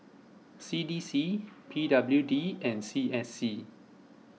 C D C P W D and C S C